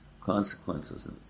consequences